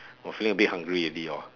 !wah! feeling a bit hungry already hor